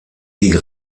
die